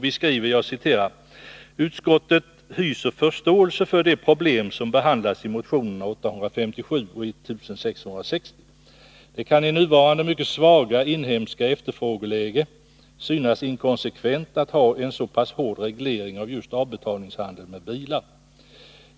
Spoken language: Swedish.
Vi skriver: ”Utskottet hyser förståelse för de problem som behandlas i motionerna 857 och 1660. Det kan i nuvarande mycket svaga inhemska efterfrågeläge synas inkonsekvent att ha en så pass hård reglering av just avbetalningshandeln med bilar.